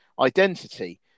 identity